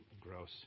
Gross